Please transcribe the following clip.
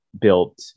built